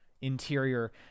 interior